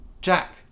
Jack